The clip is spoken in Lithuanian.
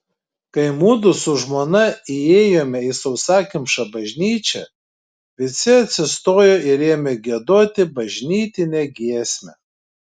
kai mudu su žmona įėjome į sausakimšą bažnyčią visi atsistojo ir ėmė giedoti bažnytinę giesmę